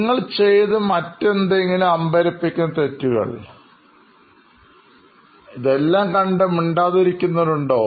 നിങ്ങൾ ചെയ്ത് മറ്റേതെങ്കിലും അമ്പരപ്പിക്കുന്ന തെറ്റുകൾ ഇതെല്ലാം കണ്ട് മിണ്ടാതിരിക്കുന്നവരുണ്ടോ